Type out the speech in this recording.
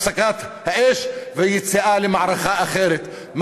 הפסקת האש ויציאה למערכה אחרת,